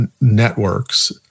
networks